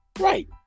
Right